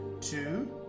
Two